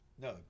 No